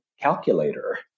calculator